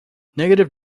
negative